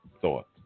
thought